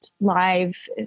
live